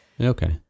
Okay